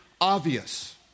obvious